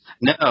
No